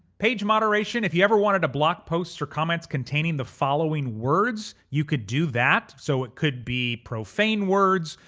page moderation. if you ever wanted to block posts or comments containing the following words, you could do that. so it could be profane words.